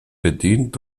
bedient